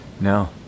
No